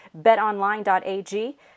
Betonline.ag